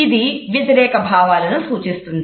ఇది వ్యతిరేక భావాలను సూచిస్తుంది